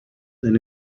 than